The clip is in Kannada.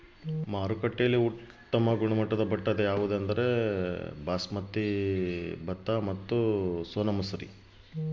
ಮಾರುಕಟ್ಟೆಯಲ್ಲಿ ಉತ್ತಮ ಗುಣಮಟ್ಟದ ಭತ್ತ ಯಾವುದು?